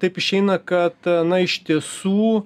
taip išeina kad na iš tiesų